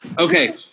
Okay